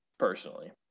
personally